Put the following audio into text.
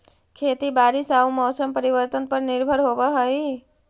खेती बारिश आऊ मौसम परिवर्तन पर निर्भर होव हई